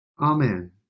Amen